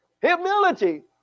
humility